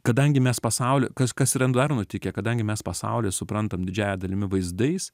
kadangi mes pasaulį kažkas yra dar nutikę kadangi mes pasaulį suprantam didžiąja dalimi vaizdais